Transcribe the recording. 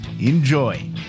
Enjoy